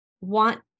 want